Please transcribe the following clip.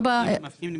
מבקיעים נמצא.